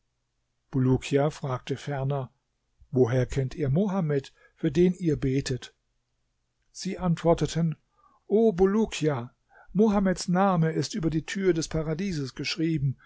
bulukia fragte ferner woher kennt ihr mohammed für den ihr betet sie antworteten o bulukia mohammeds name ist über die tür des paradieses geschrieben